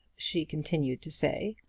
she continued to say,